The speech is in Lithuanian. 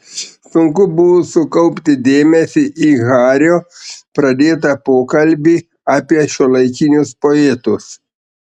sunku buvo sukaupti dėmesį į hario pradėtą pokalbį apie šiuolaikinius poetus